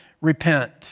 repent